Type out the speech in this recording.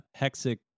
Hexic